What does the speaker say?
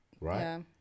right